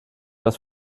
das